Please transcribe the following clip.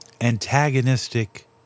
antagonistic